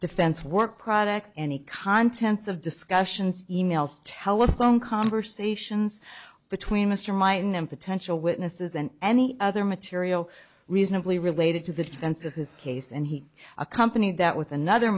defense work product any contents of discussions e mails telephone conversations between mr mine and potential witnesses and any other material reasonably related to the defense of his case and he accompanied that with another